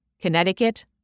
Connecticut